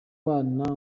bana